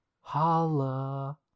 holla